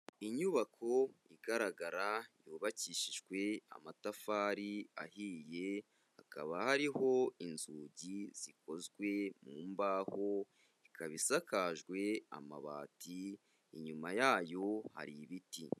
Inyubako igaragara yubakishijwe amatafari ahiye, hakaba hariho inzugi zikozwe mu mbaho, ikaba isakajwe amabati, inyuma yayo hari ibiti.